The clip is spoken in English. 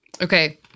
Okay